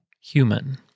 human